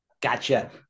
gotcha